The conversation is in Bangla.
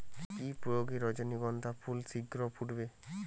কি প্রয়োগে রজনীগন্ধা ফুল শিঘ্র ফুটবে?